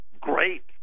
great